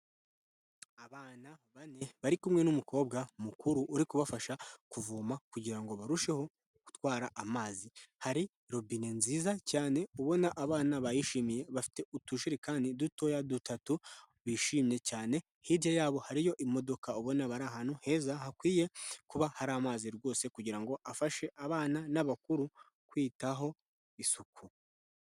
Abana bane, bari kumwe n'umukobwa mukuru uri kubafasha, kuvoma kugira ngo barusheho gutwara amazi, hari robine nziza cyane ubona abana bayishimiye, bafite utujerekani dutoya dutatu, bishimye cyane, hirya yabo hariyo imodoka ubona bari ahantu heza hakwiye kuba hari amazi rwose kugira ngo afashe abana n'abakuru, kwitaho isuku.